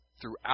throughout